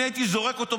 אני הייתי זורק אותו,